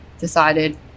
decided